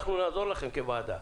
אנחנו נעזור לכם כוועדה.